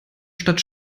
statt